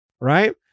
right